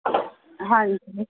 ਹਾਂਜੀ